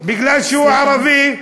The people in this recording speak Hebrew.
הוא ערבי,